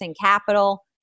capital